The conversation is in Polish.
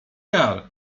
jar